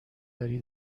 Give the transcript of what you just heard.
داری